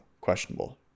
questionable